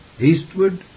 Eastward